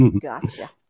Gotcha